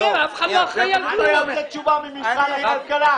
אני רוצה תשובה ממשרד הכלכלה.